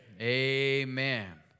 Amen